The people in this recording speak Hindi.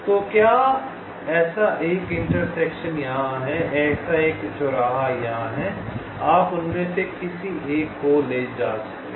तो क्या ऐसा एक चौराहा यहाँ है एक ऐसा चौराहा यहाँ है आप उनमें से किसी एक को ले जा सकते हैं